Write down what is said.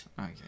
Okay